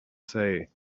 say